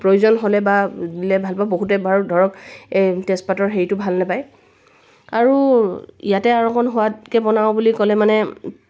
প্ৰয়োজন হ'লে বা দিলে ভাল পাব বহুতে বাৰু ধৰক এই তেজপাতৰ হেৰিটো ভাল নাপায় আৰু ইয়াতে আৰু অকণ সোৱাদকৈ বনাওঁ বুলি ক'লে মানে